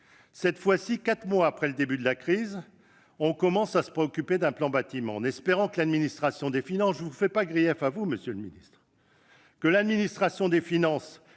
Cette fois-ci, quatre mois après le début de la crise, on commence seulement à se préoccuper d'un plan pour le bâtiment ! J'espère que l'administration des finances-